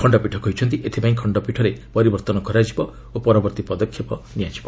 ଖଣ୍ଡପୀଠ କହିଛନ୍ତି ଏଥିପାଇଁ ଖଣ୍ଡପୀଠରେ ପରିବର୍ତ୍ତନ କରାଯିବ ଓ ପରବର୍ତ୍ତୀ ପଦକ୍ଷେପ ନିଆଯିବ